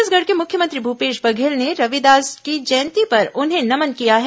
छत्तीसगढ़ के मुख्यमंत्री भूपेश बघेल ने रविदास जी की जयंती पर उन्हें नमन किया है